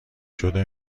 شده